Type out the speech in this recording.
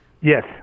Yes